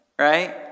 Right